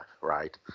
right